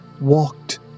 walked